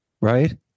right